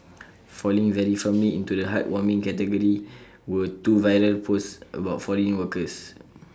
falling very firmly into the heartwarming category were two viral posts about foreign workers